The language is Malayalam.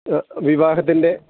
വിവാഹത്തിൻ്റെ